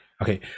Okay